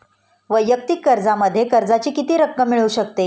वैयक्तिक कर्जामध्ये कर्जाची किती रक्कम मिळू शकते?